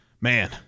Man